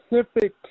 specific